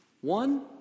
One